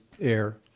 air